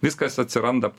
viskas atsiranda